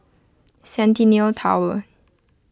Centennial Tower